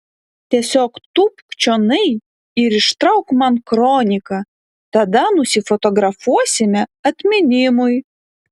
tiesiog tūpk čionai ir ištrauk man kroniką tada nusifotografuosime atminimui